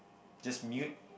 just mute